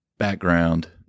background